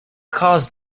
caused